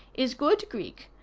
is good greek,